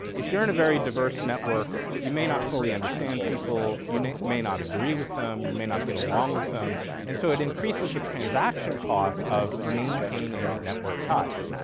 if you're in a very diverse network you may not fully understand people, you may not agree with them, you may not get along with them and so it increases the transaction cost of maintaining network ties.